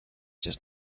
just